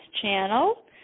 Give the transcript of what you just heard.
channel